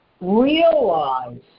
realize